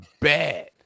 bad